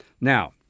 Now